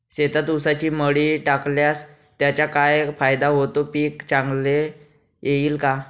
शेतात ऊसाची मळी टाकल्यास त्याचा काय फायदा होतो, पीक चांगले येईल का?